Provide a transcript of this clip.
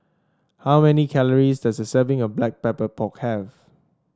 how many calories does a serving of Black Pepper Pork have